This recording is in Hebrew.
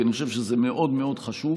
כי אני חושב שזה מאוד מאוד חשוב: